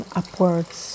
upwards